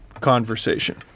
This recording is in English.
Conversation